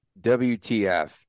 WTF